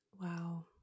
Wow